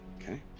Okay